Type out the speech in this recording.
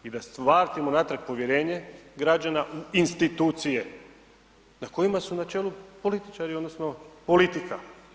I da vratimo natrag povjerenje građana u institucije na kojima su na čelu političari odnosno politika.